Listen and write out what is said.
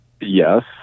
Yes